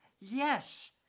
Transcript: Yes